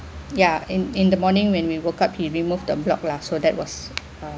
ya in in the morning when we woke up he removed the block lah so that was uh